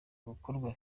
gukorwa